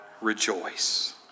rejoice